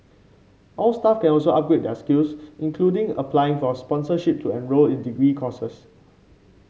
all staff can also upgrade their skills including applying for sponsorship to enrol in degree courses